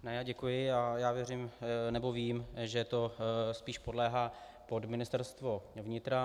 Ne, děkuji, já věřím, nebo vím, že to spíš podléhá Ministerstvu vnitra.